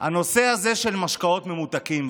הנושא הזה של משקאות ממותקים.